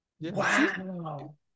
Wow